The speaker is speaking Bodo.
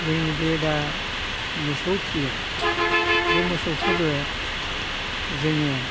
जोंनि बे दा मोसौ फियो बे मोसौखौबो जोङो